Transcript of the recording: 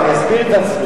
אני אסביר את עצמי.